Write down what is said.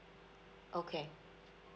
okay